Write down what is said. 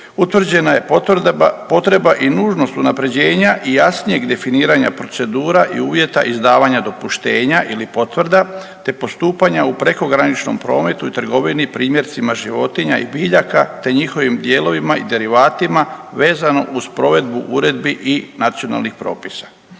utvrđena je potreba i nužnost unaprjeđenja i jasnijeg definiranja procedura i uvjeta izdavanja dopuštenja ili potvrda, te postupanja u prekograničnom prometu i trgovini primjercima životinja i biljaka, te njihovim dijelovima i derivatima vezano uz provedbu uredbi i nacionalnih propisa.